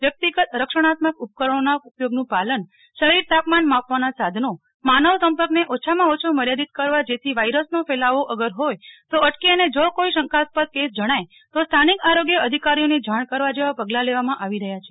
વ્યક્તિગત રક્ષણાત્મક ઉપકરણો ના ઉપયોગનું પાલન શરીર તાપમાન માપવાના સાધનો માનવ સંપર્કને ઓછામાં ઓછો મર્યાદિત કરવા જેથી વાઈરસનો ફેલાવો અગર હોય તો અટકે અને જો કોઈ શંકાસ્પદ કેસ જણાય તો સ્થાનિક આરોગ્ય અધિકારીઓને જાણ કરવા જેવા પગલા લેવામાં આવી રહ્યા છે